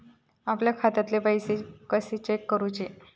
आपल्या खात्यातले पैसे कशे चेक करुचे?